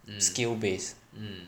skill base